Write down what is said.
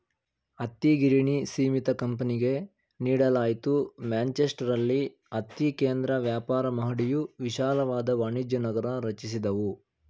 ಹತ್ತಿಗಿರಣಿ ಸೀಮಿತ ಕಂಪನಿಗೆ ನೀಡಲಾಯ್ತು ಮ್ಯಾಂಚೆಸ್ಟರಲ್ಲಿ ಹತ್ತಿ ಕೇಂದ್ರ ವ್ಯಾಪಾರ ಮಹಡಿಯು ವಿಶಾಲವಾದ ವಾಣಿಜ್ಯನಗರ ರಚಿಸಿದವು